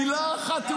מילה אחת.